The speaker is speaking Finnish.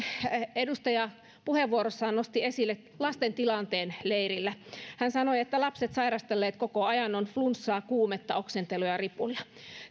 edustaja puheenvuorossaan nosti esille lasten tilanteen leirillä hän sanoi että lapset ovat sairastelleet koko ajan on flunssaa kuumetta oksentelua ja ripulia